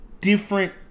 different